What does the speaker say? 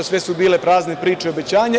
Sve su bile prazne priče i obećanja.